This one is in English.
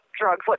drugs